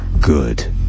good